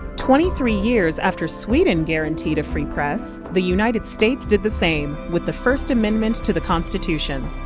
twenty three years after sweden guaranteed a free press, the united states did the same with the first amendment to the constitution